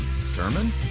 sermon